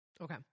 Okay